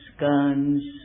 guns